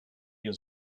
has